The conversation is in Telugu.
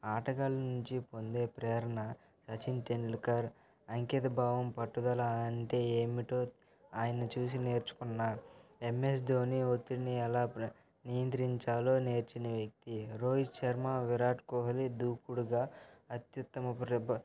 ఆటగాళ్ళ నుంచి పొందే ప్రేరణ సచిన్ టెండుల్కర్ అంకిత భావం పట్టుదల అంటే ఏమిటో ఆయన్ని చూసి నేర్చుకున్నా ఎం ఎస్ ధోని ఒత్తిడిని ఎలా నియంత్రించాలో నేర్చిన వ్యక్తి రోహిత్ శర్మ విరాట్ కోహ్లీ దూకుడుగా అత్యుత్తమ ప్రభ